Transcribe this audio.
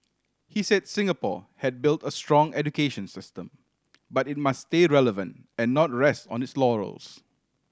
he said Singapore had built a strong education system but it must stay relevant and not rest on its laurels